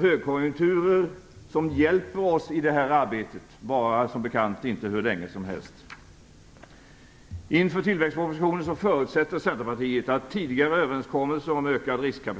Högkonjunkturer - som hjälper oss i det här arbetet - varar som bekant inte hur länge som helst. Inför tillväxtpropositionen förutsätter Centerpartiet att tidigare utfästelser i kompletteringspropositionen skall konkretiseras.